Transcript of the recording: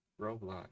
Roblox